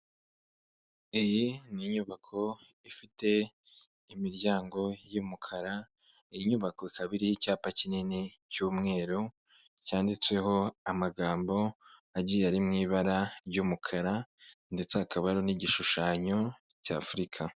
iyi ni inyubako ifite imiryango y'umukara, iyi nyubako ika iriho icyapa kinini cy'umweru cyanditsweho amagambo agiye ari mu ibara ry'umukara ndetse hakaba hariho n'igishushanyo cya Afurika.